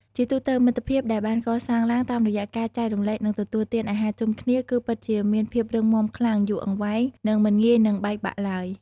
ជាទូទៅ មិត្តភាពដែលបានកសាងឡើងតាមរយៈការចែករំលែកនិងទទួលទានអាហារជុំគ្នាគឺពិតជាមានភាពរឹងមាំខ្លាំង យូរអង្វែង និងមិនងាយនឹងបែកបាក់ឡើយ។